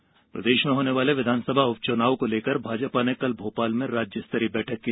उपचुनाव तैयारी प्रदेश में होने वाले विधानसभा उपचुनाव को लेकर भाजपा ने कल भोपाल में राज्यस्तरीय बैठक की